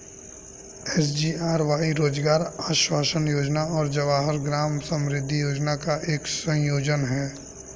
SGRY रोजगार आश्वासन योजना और जवाहर ग्राम समृद्धि योजना का एक संयोजन है